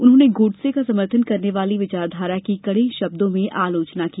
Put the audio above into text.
उन्होंने गोडसे का समर्थन करने वाली विचारधारा की कड़े शब्दों में आलोचना की